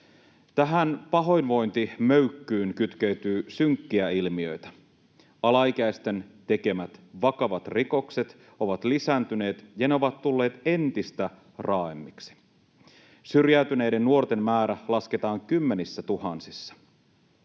Tähän pahoinvointimöykkyyn kytkeytyy synkkiä ilmiöitä. Alaikäisten tekemät vakavat rikokset ovat lisääntyneet, ja ne ovat tulleet entistä raaemmiksi. Syrjäytyneiden nuorten määrä lasketaan kymmenissätuhansissa.